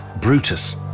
Brutus